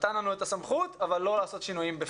נתן לנו את הסמכות אבל לא לעשות שינויים בפנים.